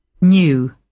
New